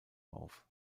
auf